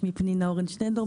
שמי פנינה אורן שנידור,